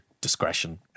discretion